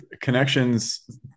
connections